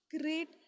great